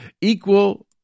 Equal